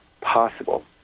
possible